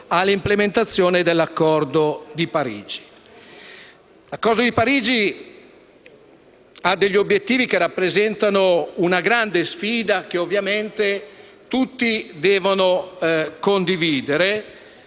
L'Accordo di Parigi ha degli obiettivi che rappresentano una grande sfida che ovviamente tutti devono condividere.